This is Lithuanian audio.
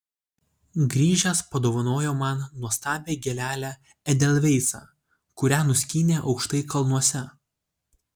grįžęs padovanojo man nuostabią gėlelę edelveisą kurią nuskynė aukštai kalnuose